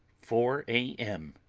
four a. m.